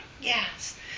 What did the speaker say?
Yes